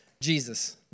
Jesus